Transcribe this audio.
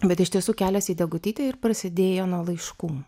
bet iš tiesų kelias į degutytę ir prasidėjo nuo laiškų